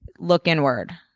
look inward.